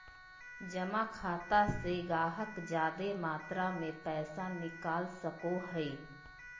जमा खाता से गाहक जादे मात्रा मे पैसा निकाल सको हय